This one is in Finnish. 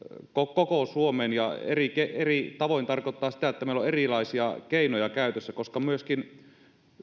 koko suomeen ja eri eri tavoin tarkoittaa sitä että meillä on erilaisia keinoja käytössä koska myöskin